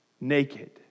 naked